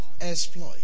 Exploit